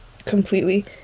completely